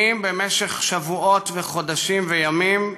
במשך שבועות וחודשים וימים בחדרי-חדרים,